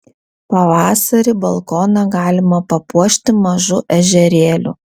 pavasarį balkoną galima papuošti mažu ežerėliu